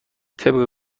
طبق